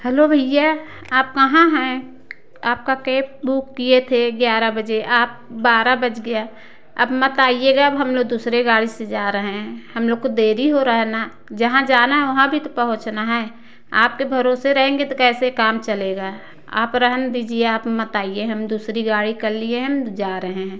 hello भैया आप कहाँ हैं आपका केप बुक किए थे ग्यारह बजे आप बारह बज गया अब मत आइएगा अब हम लोग दूसरे गाड़ी से जा रहे हैं हम लोगों को देरी हो रहा है ना जहाँ जाना है वहाँ भी तो पहुँचना है आपके भरोसे रहेंगे तो कैसे काम चलेगा आप रहने दीजिए आप मत आइए हम दूसरी गाड़ी कर लिए हम जा रहे हैं